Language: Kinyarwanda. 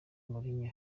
mourinho